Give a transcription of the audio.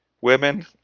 Women